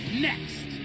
next